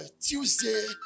tuesday